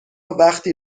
وقی